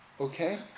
Okay